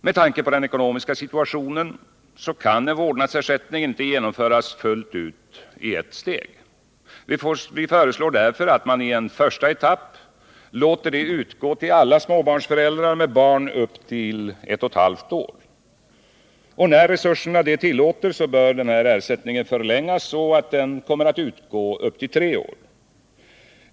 Med tanke på den ekonomiska situationen kan en vårdnadsersättning inte genomföras fullt ut i ett steg. Vi föreslår därför att man i en första etapp låter den utgå till alla småbarnsföräldrar med barn upp till ett och ett halvt år. När resurserna så tillåter bör ersättningen förlängas så att den kommer att utgå upp till tre år.